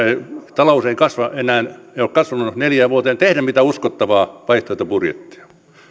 ei kasva enää ei ole kasvanut neljään vuoteen tehdä mitään uskottavaa vaihtoehtobudjettia